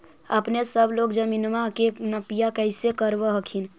अपने सब लोग जमीनमा के नपीया कैसे करब हखिन?